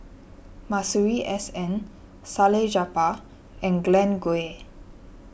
Masuri S N Salleh Japar and Glen Goei